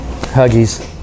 huggies